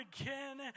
again